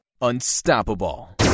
Unstoppable